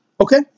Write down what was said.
Okay